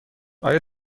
آیا